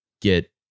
get